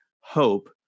Hope